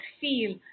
feel